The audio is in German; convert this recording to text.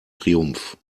triumph